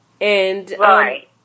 Right